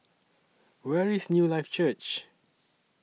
Where IS Newlife Church